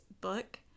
book